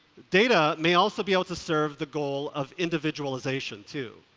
data may also be able to serve the goal of individualization too.